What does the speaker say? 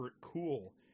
cool